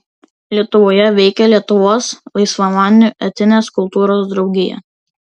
lietuvoje veikė lietuvos laisvamanių etinės kultūros draugija